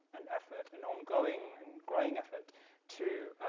an effort, an ongoing and growing effort to,